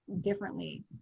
differently